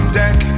deck